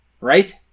right